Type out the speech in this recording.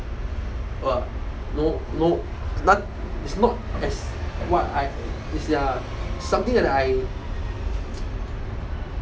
!wah! no no it's noth~ it's not as what I it's ya something that I